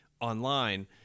online